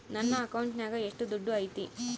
ನನ್ನ ಅಕೌಂಟಿನಾಗ ಎಷ್ಟು ದುಡ್ಡು ಐತಿ?